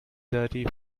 dirty